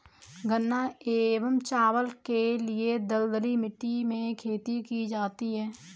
गन्ना एवं चावल के लिए दलदली मिट्टी में खेती की जाती है